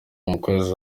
umukozi